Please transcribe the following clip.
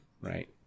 right